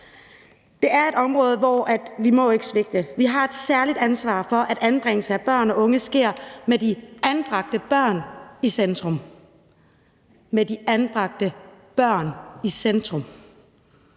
Det er et område, hvor vi ikke må svigte. Vi har et særligt ansvar for, at anbringelse af børn og unge sker med de anbragte børn i centrum – med de anbragte børn i centrum!